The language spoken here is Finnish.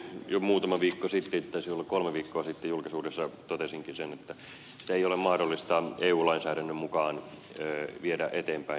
jo muutama viikko sitten taisi olla kolme viikkoa sitten julkisuudessa totesinkin sen että sitä ei ole mahdollista eu lainsäädännön mukaan viedä eteenpäin